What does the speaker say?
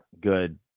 good